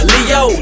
Leo